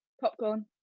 Popcorn